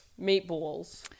Meatballs